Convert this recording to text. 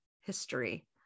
history